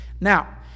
Now